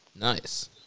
Nice